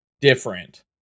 different